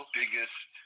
biggest